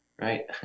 right